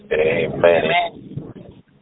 Amen